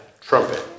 trumpet